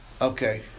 okay